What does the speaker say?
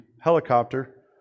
helicopter